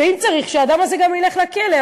ואם צריך, שהאדם הזה גם ילך לכלא.